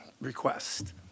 request